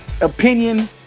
opinion